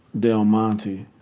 del monte.